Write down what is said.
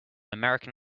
american